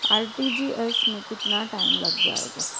RTGS में कितना time लग जाएगा?